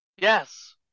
Yes